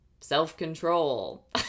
self-control